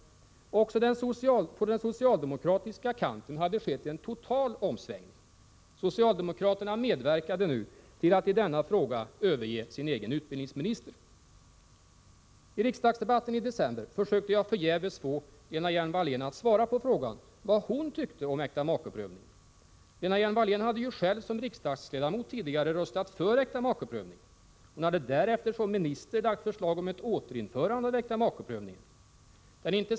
Också på den socialdemokratiska kanten hade det skett en total omsvängning. Socialdemokraterna medverkade nu till att i denna fråga överge sin egen utbildningsminister. I riksdagsdebatten i december försökte jag förgäves få Lena Hjelm-Wallén att svara på frågan vad hon tyckte om äktamakeprövningen. Lena Hjelm Wallén hade ju själv som riksdagsledamot tidigare röstat för äktamakeprövningen. Hon hade därefter som minister lagt fram förslag om ett återinförande av äktamakeprövningen.